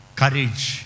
courage